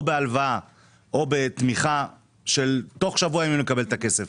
או בהלוואה או בתמיכה ולקבל את הכסף תוך שבוע ימים.